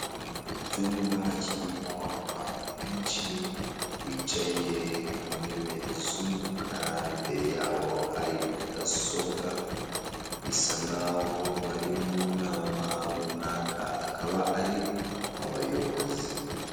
Icyumba kirimo abantu benshi bicaye ku ntebe z'umukara, imbere ya bo hari mudasobwa bisa nkaho bari mu nama runaka akaba ari abayobozi.